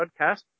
podcast